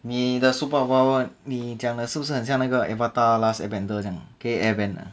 你的 superpower 你讲来是不是很像那个 avatar the last air bender 这样的可以 air bend 的